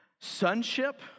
sonship